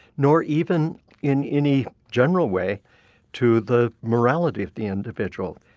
nor even in any general way to the morality of the individual.